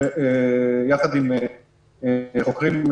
שיחד חוקרים,